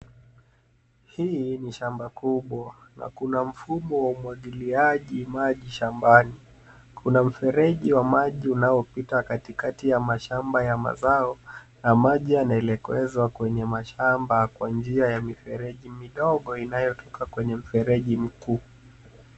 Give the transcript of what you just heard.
Hii ni shamba kubwa na kuna mfumo wa umwagiliaji maji shambani kuna mfereji wa maji unaopita katikati ya mashamba ya mazao na maji yanaelekezwa kwenya mashamba kwa njia ya mifereji midogo inayo toka kwenye mfereji mkuu.